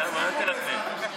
בעזרת השם.